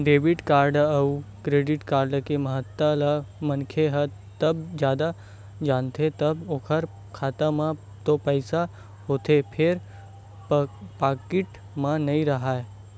debit card अउ credit card के महत्ता ल मनखे ह तब जादा जानथे जब ओखर खाता म तो पइसा होथे फेर पाकिट म नइ राहय